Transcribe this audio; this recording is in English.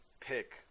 pick